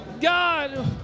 God